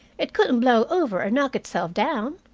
it couldn't blow over or knock itself down.